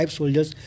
soldiers